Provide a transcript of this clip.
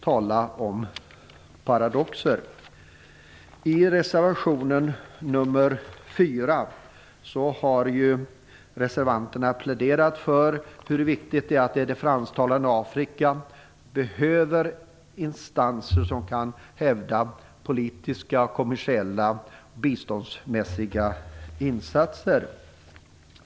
Tala om paradoxer! I reservation nr 4 har reservanterna framhållit att det fransktalande Afrika behöver instanser som kan stödja politiska, kommersiella och biståndsmässiga insatser.